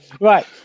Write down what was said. Right